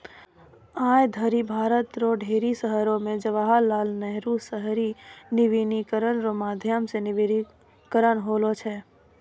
आय धरि भारत रो ढेरी शहरो मे जवाहर लाल नेहरू शहरी नवीनीकरण रो माध्यम से नवीनीकरण होलौ छै